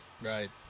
Right